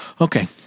Okay